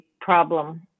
problem